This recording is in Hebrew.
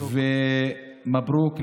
מברוכ.